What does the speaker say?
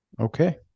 Okay